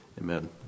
Amen